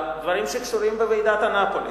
הדברים שקשורים בוועידת אנאפוליס.